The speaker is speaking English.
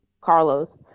Carlos